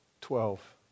twelve